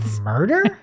Murder